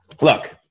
Look